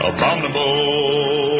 Abominable